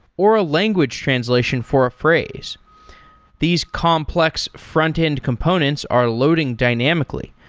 or a language translation for for praise. these complex frontend components are loading dynamically.